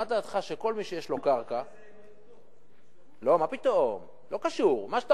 מה דעתך שכל מי שיש לו קרקע, לא, אבל אחרי זה,